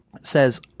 says